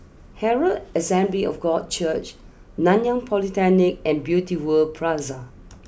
Herald Assembly of God Church Nanyang Polytechnic and Beauty World Plaza